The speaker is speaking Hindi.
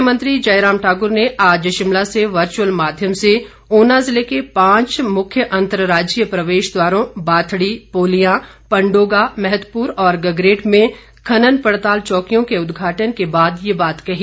मुख्यमंत्री जयराम ठाकुर ने आज शिमला से वर्चुअल माध्यम से ऊना जिले के पांच मुख्य अतर्राज्यीय प्रवेश द्वारों बाथडी पोलिंया पंडोगा मैहतपुर और गगरेट में खनन पड़ताल चौकियों को उदघाटन के बाद ये बात कही